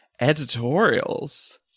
editorials